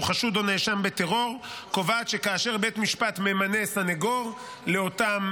חשוד או נאשם בטרור קובעת שכאשר בית משפט ממנה סנגור לאותם